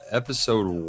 episode